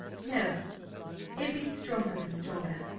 no it beats stronger and stronger,